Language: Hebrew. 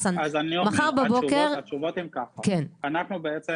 אני אומר שהתשובות הן כך: בעצם,